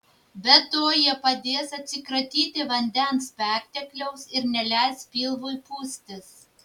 be to jie padės atsikratyti vandens pertekliaus ir neleis pilvui pūstis